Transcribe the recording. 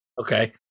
okay